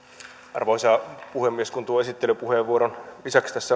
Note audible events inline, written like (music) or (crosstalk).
arvoisa puhemies kun tuon esittelypuheenvuoron lisäksi tässä (unintelligible)